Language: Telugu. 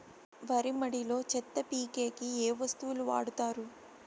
వరి మడిలో చెత్త పీకేకి ఏ వస్తువులు వాడుతారు?